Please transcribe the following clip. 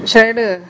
selected